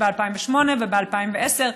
וב-2008 וב-2010.